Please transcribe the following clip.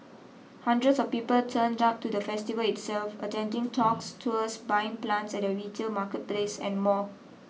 hundreds of people turned up to the festival itself attending talks tours buying plants at their retail marketplace and more